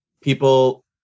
people